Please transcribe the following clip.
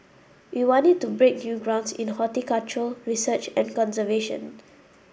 we want it to break new grounds in horticultural research and conservation